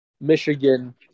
Michigan